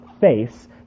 face